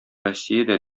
россиядә